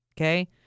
Okay